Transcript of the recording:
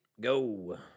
Go